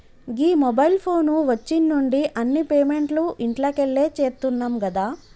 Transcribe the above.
గీ mobile phone వచ్చిన్నుండి అన్ని పేమెంట్లు ఇంట్లకెళ్లే చేత్తున్నం గదా